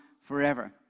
forever